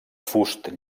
fust